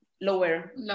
lower